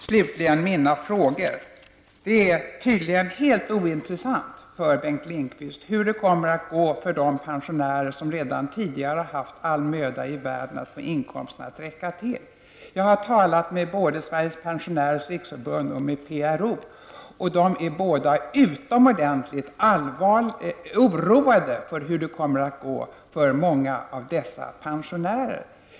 Slutligen till mina frågor. Det är tydligen helt ointressant för Bengt Lindqvist hur det kommer att gå för de pensionärer som redan tidigare har haft all möda i världen att få inkomsterna att räcka till. Jag har talat med både Sveriges pensionärers riksförbund och PRO och de är utomordentligt allvarligt oroade över hur det kommer att gå för många av dessa pensionärer.